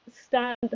stand